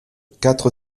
quatre